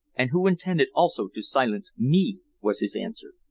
and who intended also to silence me, was his answer.